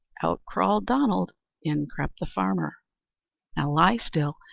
out crawled donald in crept the farmer. now lie still,